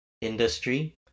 industry